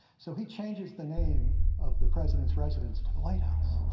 so he changes the name of the president's residence to the white house